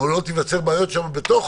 גם עלולות להיווצר בעיות שם, בפנים.